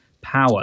power